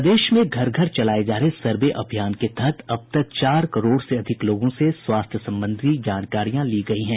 प्रदेश में घर घर चलाये जा रहे सर्वे अभियान के तहत अब तक चार करोड़ से अधिक लोगों से स्वास्थ्य संबंधी जानकारियां ली गयी हैं